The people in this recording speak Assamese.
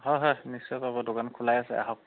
হয় হয় নিশ্চয় পাব দোকান খোলাই আছে আহক